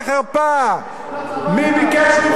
שילכו לצבא.